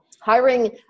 Hiring